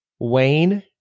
Wayne